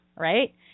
Right